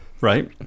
right